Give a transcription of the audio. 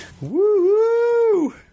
Woo